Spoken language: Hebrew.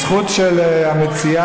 זכות של המציעה,